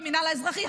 למינהל האזרחי,